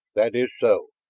that is so.